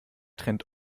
trennt